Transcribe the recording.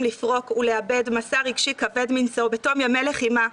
לפרוק ולעבד משא רגשי כבד מנשוא בתום ימי לחימה,